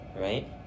right